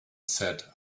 said